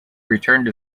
returned